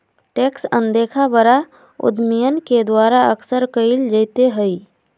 tax अनदेखा बड़ा उद्यमियन के द्वारा अक्सर कइल जयते हई